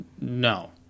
No